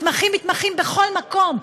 מתמחים מתמחים בכל מקום,